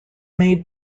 made